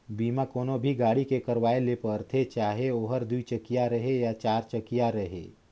बीमा कोनो भी गाड़ी के करवाये ले परथे चाहे ओहर दुई चकिया रहें या चार चकिया रहें